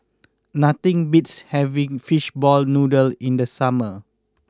nothing beats having Fishball Noodle in the summer